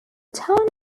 town